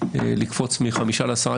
לקפוץ מ-5 ל-10.